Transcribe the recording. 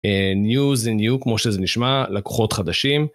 ניו זה ניו כמו שזה נשמע לקוחות חדשים.